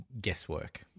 guesswork